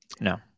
No